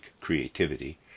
creativity